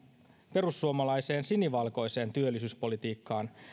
perussuomalaiseen sinivalkoiseen työllisyyspolitiikkaan